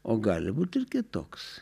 o gali būt ir kitoks